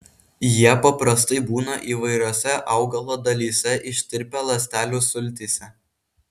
jie paprastai būna įvairiose augalo dalyse ištirpę ląstelių sultyse